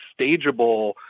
stageable